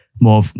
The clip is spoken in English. more